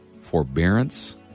forbearance